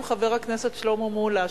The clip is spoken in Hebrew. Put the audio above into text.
חבר הכנסת שלמה מולה,